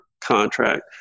contract